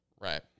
Right